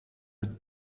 mit